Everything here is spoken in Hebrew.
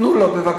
תנו לו בבקשה.